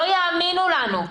לא יאמינו לנו,